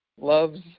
loves